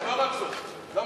לא רק זו צריכה ללכת,